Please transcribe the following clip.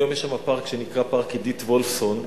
היום יש שם פארק שנקרא "פארק אדית וולפסון",